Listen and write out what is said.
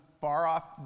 far-off